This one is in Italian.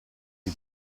più